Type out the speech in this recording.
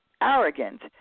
arrogant